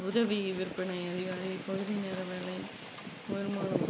உதவி விற்பனை அதிகாரி பகுதி நேர வேலை வருமானம்